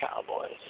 Cowboys